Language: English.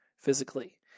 physically